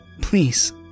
Please